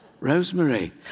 Rosemary